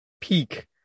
peak